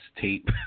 tape